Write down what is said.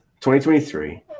2023